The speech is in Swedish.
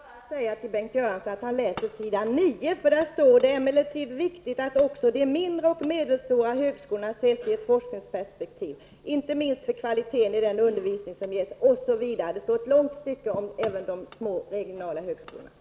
Herr talman! Då rekommenderar jag Bengt Göransson att läsa s. 9 i dokumentet. Där står bl.a.: Det är emellertid viktigt att också de mindre och medelstora högskolorna ses i ett forskningsperspektiv, inte minst för kvaliteten i den undervisning som ges. Det finns även ett långt stycke om de små regionala högskolorna.